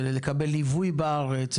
ולקבל ליווי בארץ,